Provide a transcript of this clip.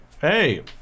hey